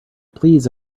please